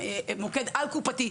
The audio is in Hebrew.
והמוקד על-קופתי.